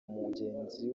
mugenzi